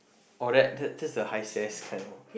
or that that that's the high stairs can ah